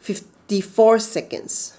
fifty four seconds